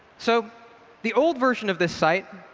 so the old version of this site,